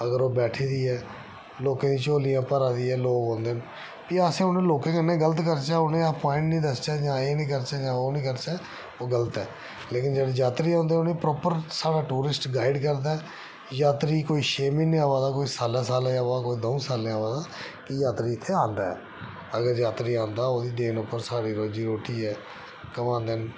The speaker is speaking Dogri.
अगर ओह् बैठी दी ऐ लोकें दी झोलियां भरा दी ऐ लोग बोलदे न फ्ही असें उनें लोकें कन्नै गलत करचै उ'नेंगी अस प्वाइंट नी दसचै जां एह् नी करचै जां ओह् नीं करचै ओह् गलत ऐ लेकिन जेह्ड़े यात्री औंदे उ'नेंगी प्रॉपर साढ़ा टूरिस्ट गाइड करदा ऐ यात्री कोई छे म्हीने आवा दा कोई साला साला गी आवा दा कोई दऊं सालें गी आवा दा कि यात्री इत्थे आंदा ऐ अगर यात्री आंदा ओह्दी देन उप्पर स्हाड़ी रोजी रूट्टी ऐ कमांदे न